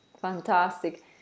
Fantastic